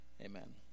Amen